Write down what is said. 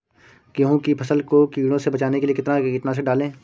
गेहूँ की फसल को कीड़ों से बचाने के लिए कितना कीटनाशक डालें?